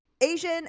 Asian